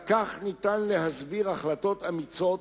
רק כך ניתן להסביר החלטות אמיצות